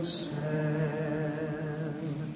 sand